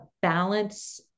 balance